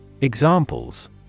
Examples